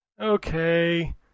okay